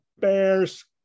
Bears